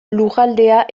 lurraldea